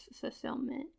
fulfillment